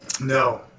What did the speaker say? No